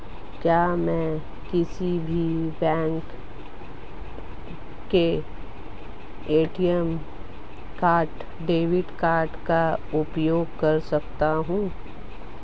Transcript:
क्या मैं किसी भी बैंक के ए.टी.एम काउंटर में डेबिट कार्ड का उपयोग कर सकता हूं?